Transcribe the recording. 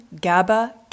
GABA